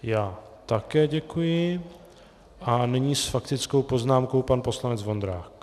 Já také děkuji a nyní s faktickou poznámkou pan poslanec Vondrák.